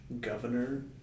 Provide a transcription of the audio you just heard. governor